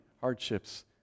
hardships